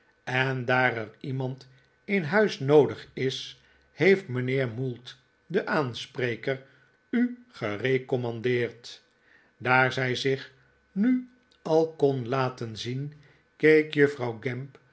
en daar er iemand in huis noodig is heeft mijnheer mould de aanspreker u gerecommandeerd daar zij zich nu al kon laten zien keek juffrouw